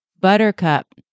Buttercup